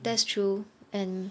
that's true and